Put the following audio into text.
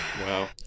Wow